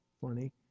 funny